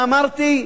ואמרתי,